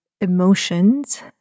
emotions